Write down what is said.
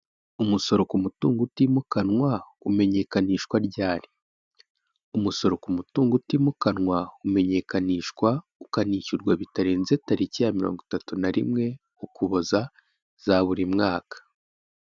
Umusoro ku mutungo utimukanwa umenyekanishwa ryari? umusoro ku mutungo utimukanwa umenyekanishwa ukanishyurwa bitarenze tariki ya mirongo itatu na rimwe, ukuboza, za buri mwaka.